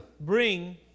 bring